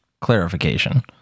clarification